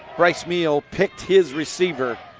bryce meehl picked his receiver,